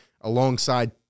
alongside